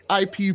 IP